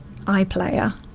iPlayer